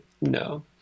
no